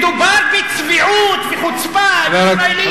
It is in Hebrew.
מדובר בצביעות וחוצפה ישראלית.